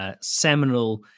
seminal